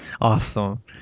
Awesome